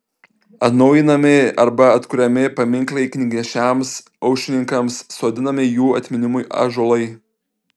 atnaujinami arba atkuriami paminklai knygnešiams aušrininkams sodinami jų atminimui ąžuolai